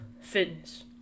fitness